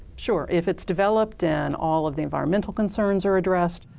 sure. if its developed and all of the environmental concerns are addressed.